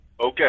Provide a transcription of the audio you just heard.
Okay